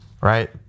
right